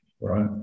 right